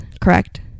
correct